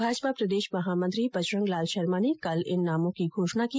भाजपा प्रदेश महामंत्री बजरंग लाल शर्मा ने कल इन नामों की घोषण की